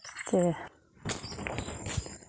ते